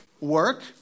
Work